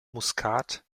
muskat